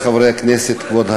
70 יורו, הכנסת.